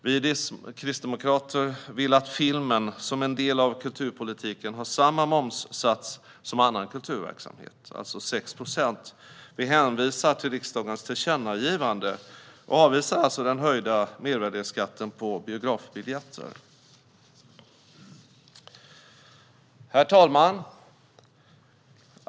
Vi kristdemokrater vill att filmen, som en del av kulturpolitiken, har samma momssats som annan kulturverksamhet, alltså 6 procent. Vi hänvisar till riksdagens tillkännagivande och avvisar alltså den höjda mervärdesskatten på biobiljetter. Herr talman!